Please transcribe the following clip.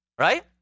Right